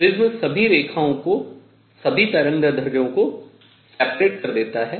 prism सभी रेखाओं को सभी तरंगदैर्ध्यों को विभक्त कर देता है